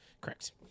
Correct